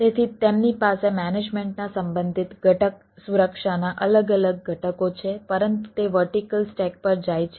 તેથી તેમની પાસે મેનેજમેન્ટના સંબંધિત ઘટક સુરક્ષાના અલગ અલગ ઘટકો છે પરંતુ તે વર્ટિકલ સ્ટેક પર જાય છે